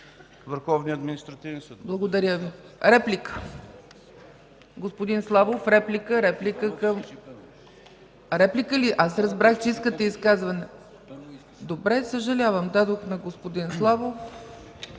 Върховния административен съд.